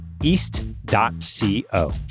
east.co